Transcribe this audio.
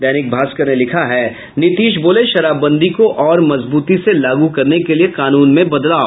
दैनिक भास्कर ने लिखा है नीतीश बोले शराबबंदी को और मजबूती से लागू करने के लिये कानून में बदलाव